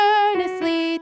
Earnestly